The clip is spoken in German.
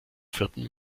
vierten